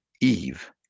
Eve